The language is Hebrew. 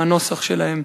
עם הנוסח שלהם.